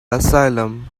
asylum